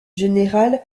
général